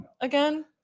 again